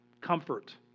Comfort